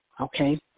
okay